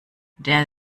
der